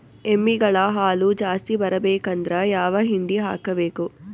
ಎಮ್ಮಿ ಗಳ ಹಾಲು ಜಾಸ್ತಿ ಬರಬೇಕಂದ್ರ ಯಾವ ಹಿಂಡಿ ಹಾಕಬೇಕು?